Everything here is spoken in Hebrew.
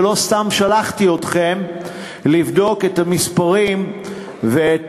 ולא סתם שלחתי אתכם לבדוק את המספרים ואת